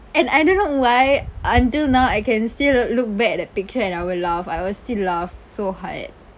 and I don't know why until now I can still look back at that picture and I will laugh I will still laugh so hard